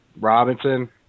Robinson